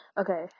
Okay